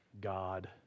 God